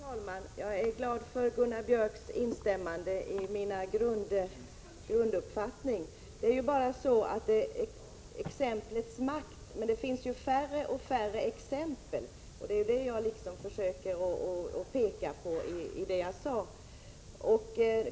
Fru talman! Jag är glad över Gunnar Biörcks i Värmdö instämmande i min grunduppfattning. Det talas om exemplets makt, men problemet är bara att exemplen blir färre och färre. Det försökte jag peka på i mitt anförande.